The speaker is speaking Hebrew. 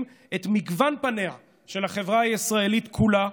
את מגוון פניה של החברה הישראלית כולה.